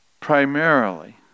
primarily